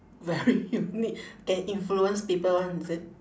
very unique can influence people [one] is it